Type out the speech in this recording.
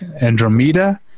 Andromeda